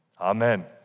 Amen